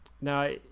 Now